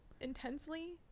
intensely